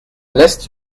l’est